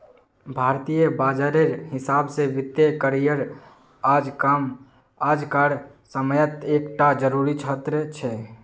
भारतीय बाजारेर हिसाब से वित्तिय करिएर आज कार समयेत एक टा ज़रूरी क्षेत्र छे